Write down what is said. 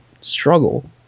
struggle